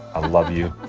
ah love you.